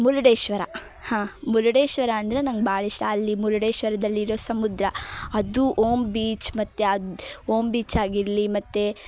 ಮುರುಡೇಶ್ವರ ಹಾಂ ಮುರುಡೇಶ್ವರ ಅಂದರೆ ನಂಗೆ ಭಾಳ ಇಷ್ಟ ಅಲ್ಲಿ ಮುರುಡೇಶ್ವರದಲ್ಲಿ ಇರೋ ಸಮುದ್ರ ಅದು ಓಮ್ ಬೀಚ್ ಮತ್ತು ಅದು ಓಮ್ ಬೀಚ್ ಆಗಿರಲಿ ಮತ್ತು